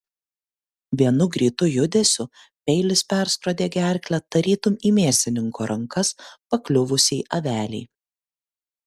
vienu greitu judesiu peilis perskrodė gerklę tarytum į mėsininko rankas pakliuvusiai avelei